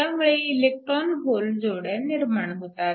त्यामुळे electron hole जोड्या निर्माण होतात